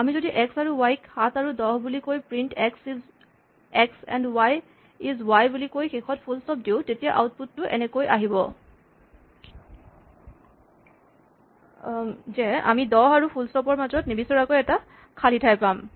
আমি যদি এক্স আৰু ৱাই ক ৭ আৰু ১০ বুলি কৈ print x is x and y is y বুলি কৈ শেষত ফুলস্টপ দিওঁ তেতিয়া আউটপুট টো এনেকৈ আহিব যে আমি ১০ আৰু ফুলস্টপ ৰ মাজত নিবিচৰাকৈয়ে এটা খালী ঠাই পাম